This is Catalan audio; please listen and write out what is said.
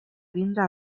vindre